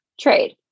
trade